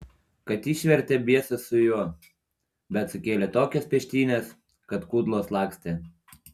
kad išvertė biesas su juo bet sukėlė tokias peštynes kad kudlos lakstė